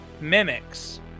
mimics